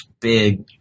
big